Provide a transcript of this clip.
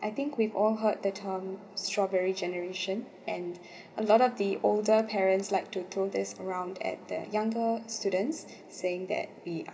I think we've all heard the term strawberry generation and a lot of the older parents like to throw this around at the younger students saying that